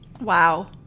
Wow